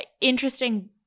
interesting-